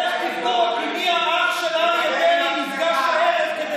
לך תבדוק אם מי הרב של אריה דרעי נפגש הערב כדי